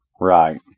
Right